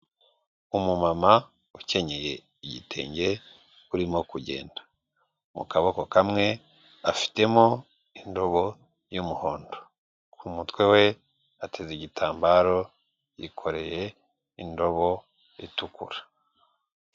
Umumama ukenyeye igitenge urimo kugenda mu kaboko kamwe afitemo indobo y'umuhondo ku mutwe we ateze igitambaro yikoreye indobo itukura.